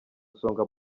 isonga